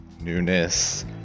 newness